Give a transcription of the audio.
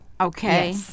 Okay